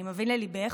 אני מבין לליבך,